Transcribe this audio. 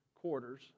quarters